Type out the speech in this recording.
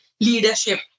leadership